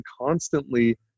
constantly